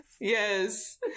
yes